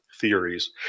theories